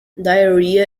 diarrhea